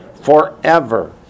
Forever